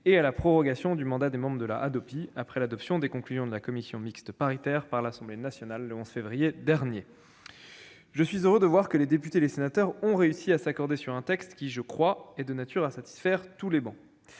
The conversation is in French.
et à la prorogation du mandat des membres de la Hadopi, après l'adoption des conclusions de la commission mixte paritaire par l'Assemblée nationale le 11 février dernier. Je suis heureux de constater que les députés et les sénateurs ont réussi à s'accorder sur un texte, qui, je le crois, est de nature à satisfaire toutes les travées.